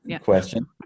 question